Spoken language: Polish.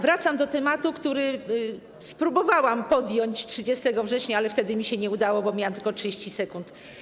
Wracam do tematu, który próbowałam podjąć 30 września, ale wtedy mi się nie udało, bo miałam tylko 30 sekund.